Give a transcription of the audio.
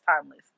timeless